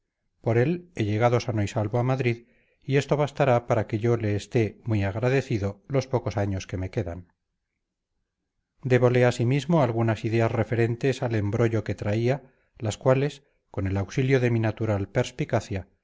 por él he llegado sano y salvo a madrid y esto bastará para que yo le esté muy agradecido los pocos años que me quedan débole asimismo algunas ideas referentes al embrollo que traía las cuales con el auxilio de mi natural perspicacia